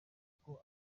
uko